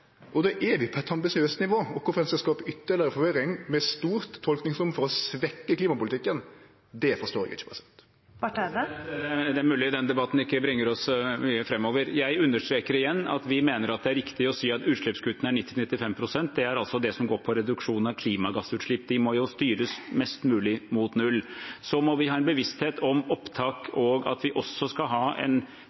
og då er vi på eit ambisiøst nivå. Kvifor ein skal skape ytterlegare forvirring med stort tolkingsrom for å svekkje klimapolitikken, det forstår eg ikkje. Det er mulig denne debatten ikke bringer oss så mye framover. Jeg understreker igjen at vi mener det er riktig å si at utslippskuttene er 90–95 pst. Det er altså det som går på reduksjon av klimagassutslipp. De må styres mest mulig mot null. Så må vi ha en bevissthet om opptak og at vi også skal ha en